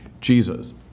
Jesus